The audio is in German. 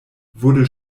wurde